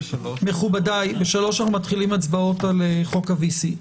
3 אנחנו מתחילים הצבעות על חוק ה-VC.